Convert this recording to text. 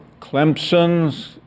Clemson's